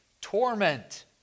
torment